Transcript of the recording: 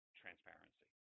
transparency